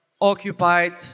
occupied